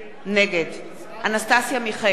נגד אנסטסיה מיכאלי,